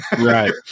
Right